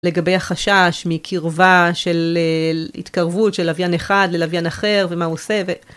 לגבי החשש מקרבה של התקרבות של לוויין אחד ללוויין אחר ומה הוא עושה.